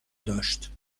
داشت